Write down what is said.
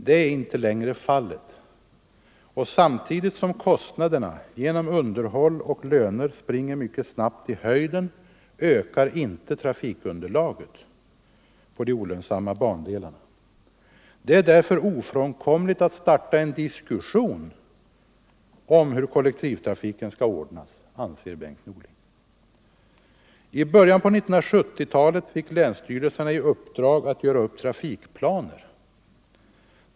Det är inte längre fallet, och samtidigt som kostnaderna genom underhåll och löner springer mycket snabbt i höjden ökar inte trafikunderlaget på de olönsamma bandelarna. Det är därför ofrånkomligt att starta en diskussion om hur kollektivtrafiken skall ordnas, anser Bengt Norling. I början på 1970-talet fick länsstyrelserna i uppdrag att göra upp trafikplaner.